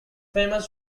famous